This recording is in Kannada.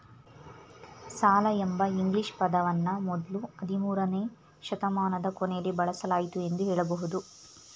ಸಾಲ ಎಂಬ ಇಂಗ್ಲಿಷ್ ಪದವನ್ನ ಮೊದ್ಲು ಹದಿಮೂರುನೇ ಶತಮಾನದ ಕೊನೆಯಲ್ಲಿ ಬಳಸಲಾಯಿತು ಎಂದು ಹೇಳಬಹುದು